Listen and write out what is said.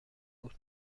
بود